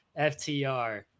FTR